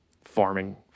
farming